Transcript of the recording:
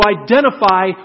identify